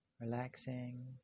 relaxing